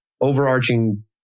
overarching